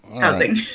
housing